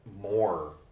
more